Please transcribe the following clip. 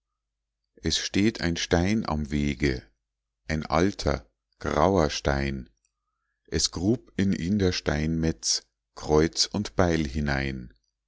es steht ein stein am wege ein alter grauer stein es grub in ihn der steinmetz kreuz und beil hinein